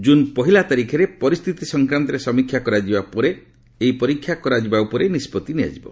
June ପହିଲା ତାରିଖରେ ପରିସ୍ଥିତି ସଂକ୍ରାନ୍ତରେ ସମୀକ୍ଷା କରାଯିବା ପରେ ଏହି ପରୀକ୍ଷା କରାଯିବା ଉପରେ ନିଷ୍କଭି ନିଆଯିବ